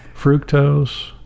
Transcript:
Fructose